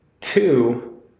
Two